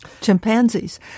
chimpanzees